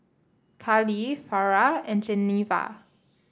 Karlee Farrah and Geneva